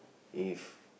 if